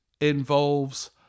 involves